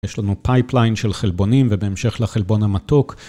יש לנו pipeline של חלבונים ובהמשך לחלבון המתוק.